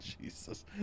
Jesus